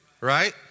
right